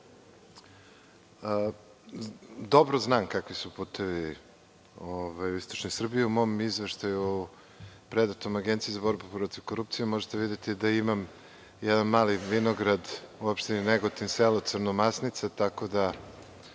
Dobro znam kakvi su putevi u istočnoj Srbiji. U mom izveštaju predatom Agenciji za borbu protiv korupcije možete videti da imam jedan mali vinograd u opštini Negotin, selo Crnomasnica, tako da